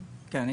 כן,